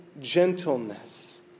gentleness